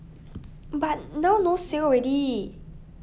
but now no sale already